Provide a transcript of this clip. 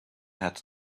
had